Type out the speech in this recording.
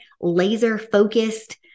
laser-focused